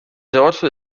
sorte